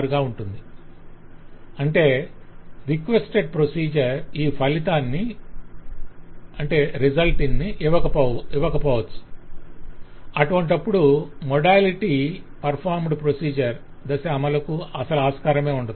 గా ఉంటుంది అంటే రిక్వెస్టెడ్ ప్రొసీజర్ ఈ ఏ ఫలితాన్ని 'result in' ఇవ్వకపోవచ్చు అటువంటప్పుడు మోడాలిటీ పర్ఫోర్మెడ్ ప్రొసీజర్ దశ అమలుకు అసలు ఆస్కారం ఉండదు